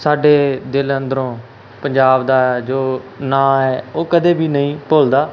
ਸਾਡੇ ਦਿਲ ਅੰਦਰੋਂ ਪੰਜਾਬ ਦਾ ਜੋ ਨਾਮ ਹੈ ਉਹ ਕਦੇ ਵੀ ਨਹੀਂ ਭੁੱਲਦਾ